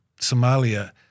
Somalia